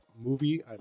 movie